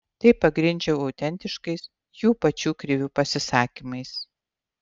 tai pagrindžiau autentiškais jų pačių krivių pasisakymais